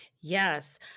Yes